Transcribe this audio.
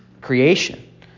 creation